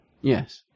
Yes